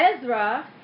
Ezra